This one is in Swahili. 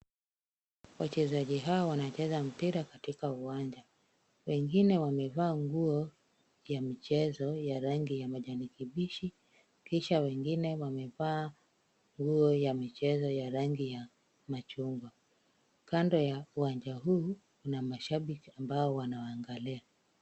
Wachezaji hawa wanacheza mpira katika uwanja. Wengine wamevaa nguo ya michezo ya rangi ya kijani kibichi kisha wengine wamevaa nguo ya michezo ya rangi ya machungwa. Kando ya uwanja huu kuna mashabiki ambao wanawaangalia.